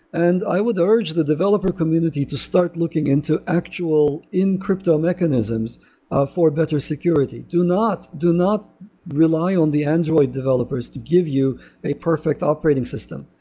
and i would urge the developer community to start looking into actual encrypto mechanisms ah for better security. do not do not rely on the android developers to give you a perfect operating system.